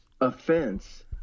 offense